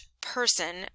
person